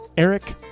Eric